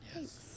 Yes